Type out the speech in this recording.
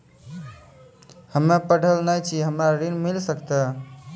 हम्मे पढ़ल न छी हमरा ऋण मिल सकत?